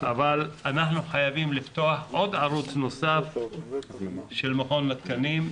אבל אנחנו חייבים לפתוח עוד ערוץ נוסף של מכון התקנים,